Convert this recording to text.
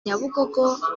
nyabugogo